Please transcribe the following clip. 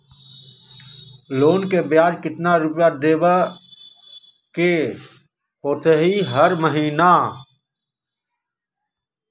Loan के ब्याज कितना रुपैया देबे के होतइ हर महिना?